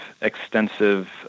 extensive